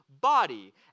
body